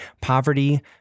poverty